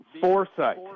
foresight